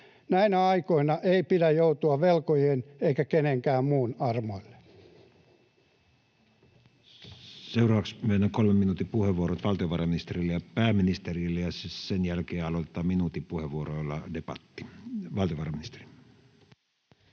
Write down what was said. Näinä aikoina ei pidä joutua velkojien eikä kenenkään muunkaan armoille.